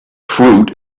fruit